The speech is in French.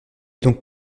donc